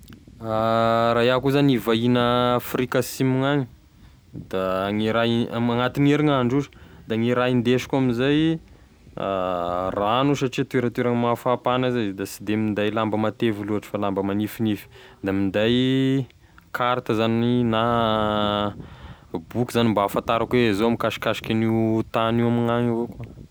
Raha iaho koa zagny gn'ivahigny à Afrika Asimo gn'agny da gne raha hi- agnatign'erignandro ozy da gne raha indesiko amzay ragno satria toeratoeragny mafampagna zay izy da sy de minday lamba matevy loatry fa lamba magnifinify da minday karta zany na boky zany mba ahafantarako hoe zao mikasikasiky agn'io tagny io amign'agny avao.